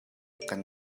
kaan